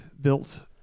built